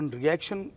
reaction